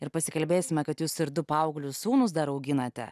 ir pasikalbėsime kad jus ir du paauglius sūnus dar auginate